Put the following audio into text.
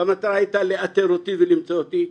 והמטרה הייתה לאתר אותי ולמצוא אותי.